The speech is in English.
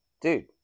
dude